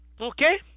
Okay